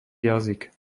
jazyk